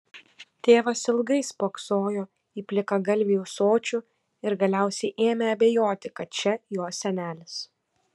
tėvas ilgai spoksojo į plikagalvį ūsočių ir galiausiai ėmė abejoti kad čia jo senelis